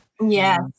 Yes